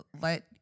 let